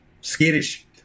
Skittish